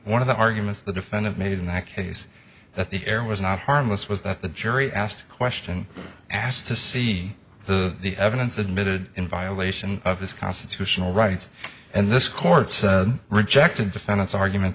one of the arguments the defendant made in that case that the air was not harmless was that the jury asked the question asked to see the evidence admitted in violation of his constitutional rights and this court rejected defendant's argument